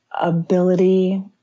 ability